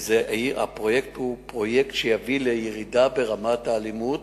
והפרויקט יביא לירידה ברמת האלימות,